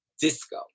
disco